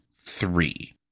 three